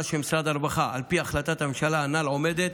של משרד הרווחה על פי החלטת הממשלה הנ"ל עומד על